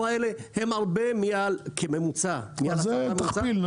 ה-12 האלה הם הרבה מעל --- אז תכפיל,